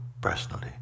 personally